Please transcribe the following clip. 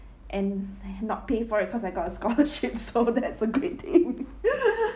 and and not pay for it cause I got a scholarship so that's a great thing